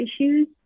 issues